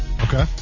Okay